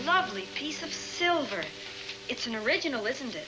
lovely piece of silver it's an original isn't it